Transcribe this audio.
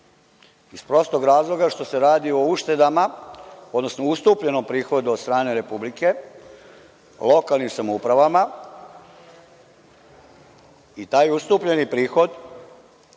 Iz prostog razloga zato što se radi o uštedama, odnosno ustupljenom prihodu od strane Republike lokalnim samoupravama i taj ustupljeni prihod